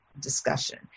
discussion